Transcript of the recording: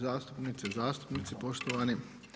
Zastupnice, zastupnice, poštovani.